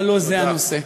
אבל לא זה הנושא.